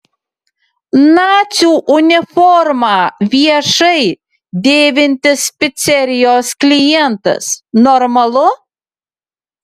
nacių uniformą viešai dėvintis picerijos klientas normalu